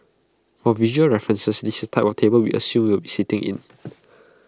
for visual references this is type of table we assume you will be sitting in